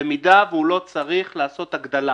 במידה והוא לא צריך לעשות הגדלה.